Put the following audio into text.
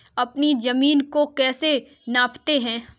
अपनी जमीन को कैसे नापते हैं?